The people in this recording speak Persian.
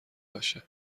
باشه